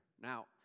Now